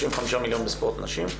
35 מיליון ספורט נשים,